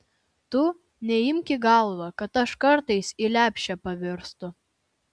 tu neimk į galvą kad aš kartais į lepšę pavirstu